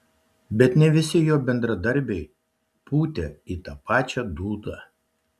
bet ne visi jo bendradarbiai pūtė į tą pačią dūdą